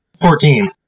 Fourteen